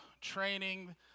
training